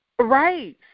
Right